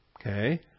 Okay